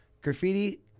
graffiti